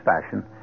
fashion